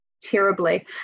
terribly